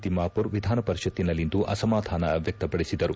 ತಿಮ್ಮಾಮರ್ ವಿಧಾನಪರಿಷತ್ತಿನಲ್ಲಿಂದು ಅಸಮಾಧಾನ ವ್ಯಕ್ತಪಡಿಸಿದರು